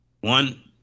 one